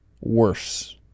worse